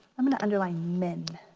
i'm gonna underline min.